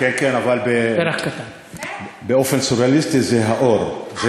כן, אבל באופן סוריאליסטי זה האור.